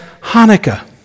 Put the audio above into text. Hanukkah